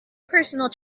personal